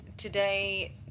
Today